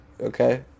okay